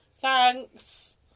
thanks